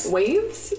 Waves